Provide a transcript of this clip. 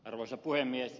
arvoisa puhemies